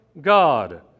God